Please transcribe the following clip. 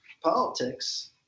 politics